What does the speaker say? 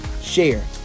share